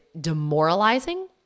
demoralizing